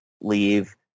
leave